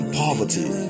poverty